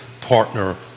partner